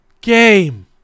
Game